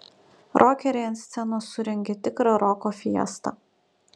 rokeriai ant scenos surengė tikrą roko fiestą